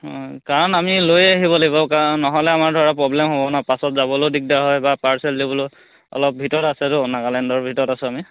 অঁ কাৰণ আমি লৈ আহিব লাগিব কাৰণ নহ'লে আমাৰ ধৰা প্ৰব্লেম হ'ব ন পাছত যাবলৈও দিগদাৰ হয় বা পাৰ্চেল দিবলৈও অলপ ভিতৰত আছেতো নাগালেণ্ডৰ ভিতৰত আছোঁ আমি